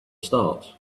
start